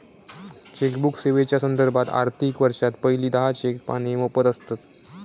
chequebook सेवेच्यो संदर्भात, आर्थिक वर्षात पहिली दहा चेक पाने मोफत आसतत